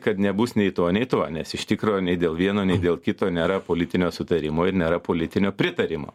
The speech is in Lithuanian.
kad nebus nei to nei to nes iš tikro nei dėl vieno nei dėl kito nėra politinio sutarimo ir nėra politinio pritarimo